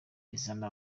izana